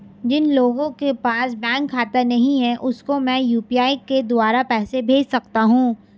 जिन लोगों के पास बैंक खाता नहीं है उसको मैं यू.पी.आई के द्वारा पैसे भेज सकता हूं?